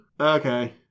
Okay